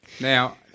Now